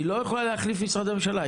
היא לא יכולה להחליף משרדי ממשלה.